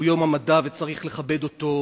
שהוא יום המדע וצריך לכבד אותו,